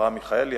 ולאברהם מיכאלי,